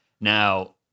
Now